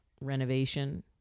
renovation